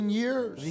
years